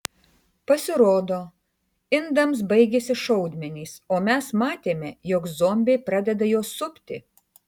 pasirodo indams baigėsi šaudmenys o mes matėme jog zombiai pradeda juos supti